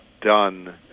done